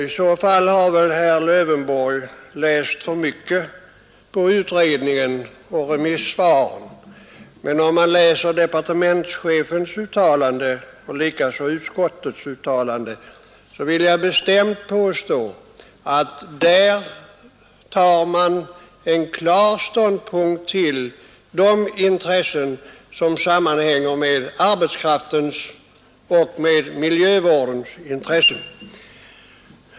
Herr Lövenborg har kanske läst för mycket av utredningens förslag och remissvaren. Av departementschefens uttalande liksom av utskottets uttalande framgår tydligt — det vill jag bestämt påstå — att man tagit klar ståndpunkt för arbetskraftens och miljövårdens intressen.